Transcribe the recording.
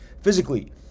physically